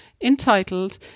entitled